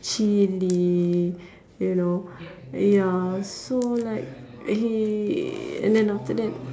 chilli you know ya so like he and then after that